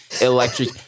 electric